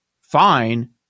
fine